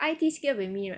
I_T skill with me right